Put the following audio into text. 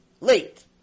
late